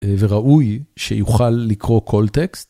וראוי שיוכל לקרוא כל טקסט.